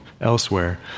elsewhere